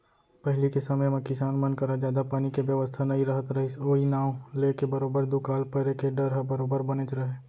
पहिली के समे म किसान मन करा जादा पानी के बेवस्था नइ रहत रहिस ओई नांव लेके बरोबर दुकाल परे के डर ह बरोबर बनेच रहय